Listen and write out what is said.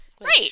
Right